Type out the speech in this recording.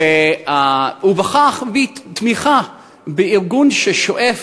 ובכך הביעו תמיכה בארגון ששואף